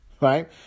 right